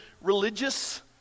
religious